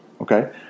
Okay